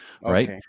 Right